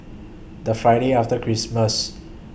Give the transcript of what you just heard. The Friday after Christmas